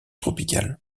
tropicales